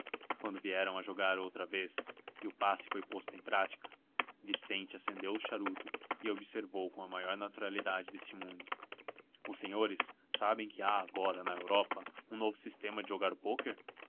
quando vieram a jogar outra vez e o passe foi posto em prática vicente acendeu o charuto e observou com a maior naturalidade deste mundo os senhores sabem que há agora na europa um novo sistema de jogar